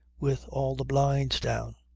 with all the blinds down.